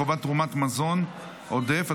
חובת תרומת מזון עודף),